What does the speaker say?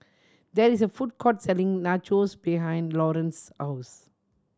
there is a food court selling Nachos behind Lawerence's house